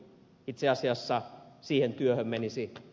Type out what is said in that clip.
itse asiassa siinä työssä menisi ed